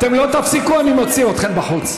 אתן לא תפסיקו, אני מוציא אתכן החוצה.